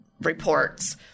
reports